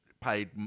paid